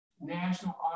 National